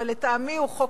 אבל לטעמי הוא חוק